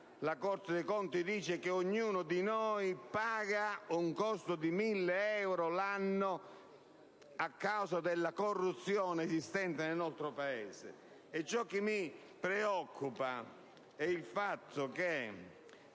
La Corte dei conti sostiene che ognuno di noi paga un costo di 1.000 euro all'anno a causa della corruzione esistente nel nostro Paese. Ciò che mi preoccupa, relativamente